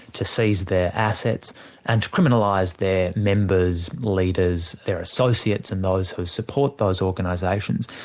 to seize their assets and to criminalise their members, leaders, their associates and those who support those organisations,